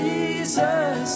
Jesus